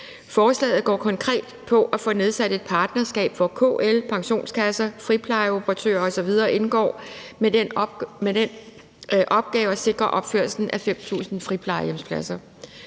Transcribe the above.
Forslaget går konkret på at få nedsat et partnerskab, hvor KL, pensionskasser, friplejeoperatører osv. indgår, med den opgave at sikre opførslen af 5.000 friplejehjemspladser.